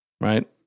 Right